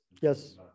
Yes